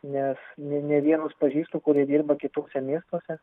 nes ne ne vienus pažįstu kurie dirba kituose miestuose